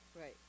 Right